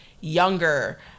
younger